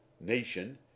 nation